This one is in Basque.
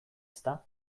ezta